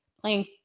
playing